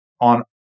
on